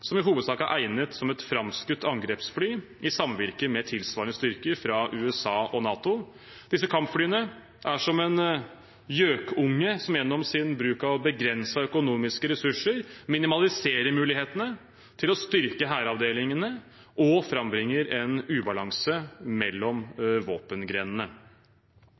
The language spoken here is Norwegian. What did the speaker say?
framskutt angrepsfly i samvirke med tilsvarende styrker fra USA og NATO. Disse kampflyene er som en gjøkunge, som gjennom sin bruk av begrensede økonomiske ressurser minimaliserer mulighetene til å styrke hæravdelingene og frambringer en ubalanse mellom våpengrenene.